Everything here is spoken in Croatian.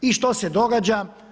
I što se događa?